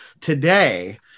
today